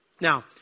Now